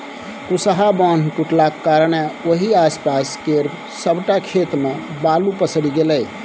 कुसहा बान्ह टुटलाक कारणेँ ओहि आसपास केर सबटा खेत मे बालु पसरि गेलै